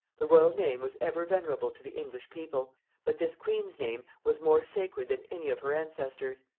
the royal name was ever venerable to the english people but this queen's name was more sacred than any of her ancestors.